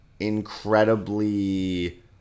incredibly